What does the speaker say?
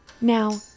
Now